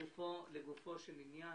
לגופו של ענין.